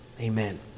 Amen